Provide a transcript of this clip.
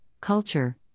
Culture